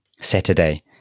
Saturday